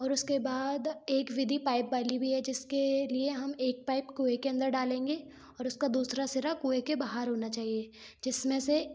और उसके बाद एक विधि पाइप वाली भी है जिसके लिए हम एक पाइप कुएँ के अंदर डालेंगे और उसका दूसरा सिरा कुएँ के बाहर होना चाहिए जिसमें से